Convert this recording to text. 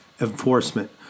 enforcement